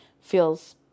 feels